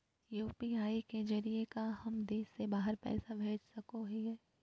UPI के जरिए का हम देश से बाहर पैसा भेज सको हियय?